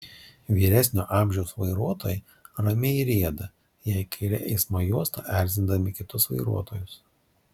vyresnio amžiaus vairuotojai ramiai rieda jei kaire eismo juosta erzindami kitus vairuotojus